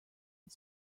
und